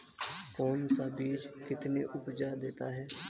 कौन सा बीज कितनी उपज देता है?